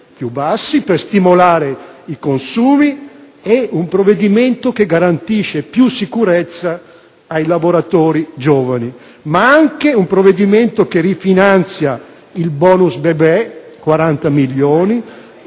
più bassi, per stimolare i consumi, un provvedimento che garantisce più sicurezza ai lavoratori giovani, ma anche che rifinanzia il "*bonus* bebé" (40 milioni